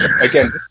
again